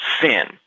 sin